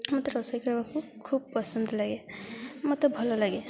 ମୋତେ ରୋଷେଇ କରିବାକୁ ଖୁବ୍ ପସନ୍ଦ ଲାଗେ ମୋତେ ଭଲ ଲାଗେ